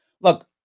Look